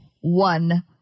one